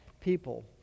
people